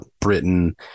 Britain